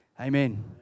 amen